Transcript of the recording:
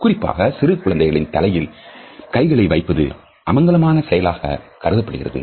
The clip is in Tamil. குறிப்பாக சிறுகுழந்தைகளின் தலைகளில் கைகளை வைப்பது அமங்கலமான செயலாக கருதப்படுகிறது